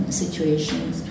situations